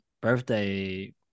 birthday